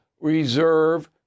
reserve